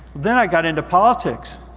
then i got into politics,